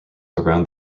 around